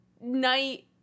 night